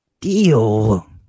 deal